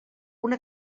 una